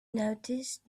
noticed